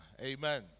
Amen